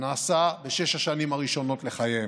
נעשית בשש השנים הראשונות לחייהם.